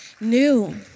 new